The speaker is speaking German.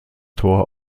tor